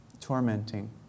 tormenting